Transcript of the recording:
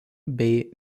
bei